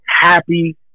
happy